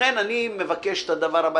לכן אני מבקש את הדבר הבא,